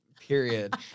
Period